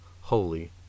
holy